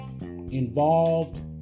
involved